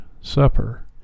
supper